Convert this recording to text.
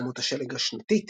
כמות השלג השנתית